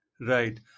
Right